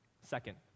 Second